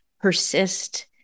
persist